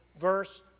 verse